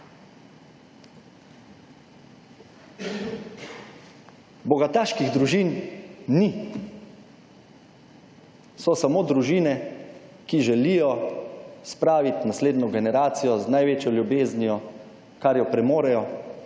Bogataških družin ni. So samo družine, ki želijo spraviti naslednjo generacijo z največjo ljubeznijo, kar jo premorejo,